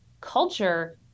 culture